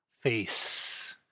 face